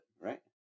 right